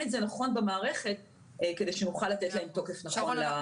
את זה נכון במערכת כדי שאוכל לתת להם תוקף נכון --- שרון,